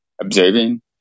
observing